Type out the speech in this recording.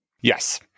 yes